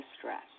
stress